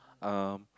um